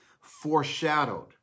foreshadowed